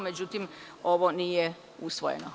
Međutim, ovo nije usvojeno.